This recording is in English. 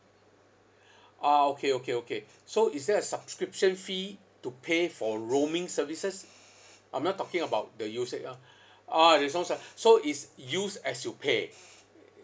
ah okay okay okay so is there a subscription fee to pay for roaming services I'm not talking about the usa~ ah ah there's no su~ so is use as you pay